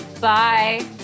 Bye